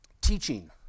Teaching